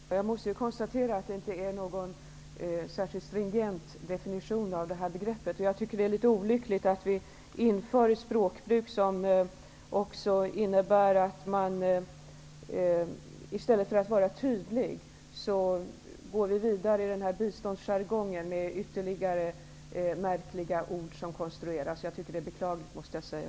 Herr talman! Jag måste konstatera att det inte är någon särskilt stringent definition av begreppet. Det är olyckligt, tycker jag, att införa ett språkbruk som innebär att man i stället för att vara tydlig går vidare i biståndsjargongen med ytterligare märkliga ord som konstrueras. Jag anser att det är beklagligt, måste jag säga.